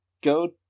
go